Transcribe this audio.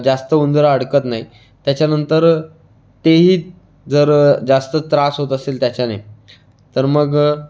जास्त उंदरं अडकत नाही त्याच्यानंतर तेही जर जास्त त्रास होत असेल त्याच्याने तर मग